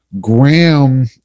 Graham